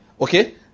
Okay